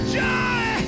joy